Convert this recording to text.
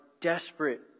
desperate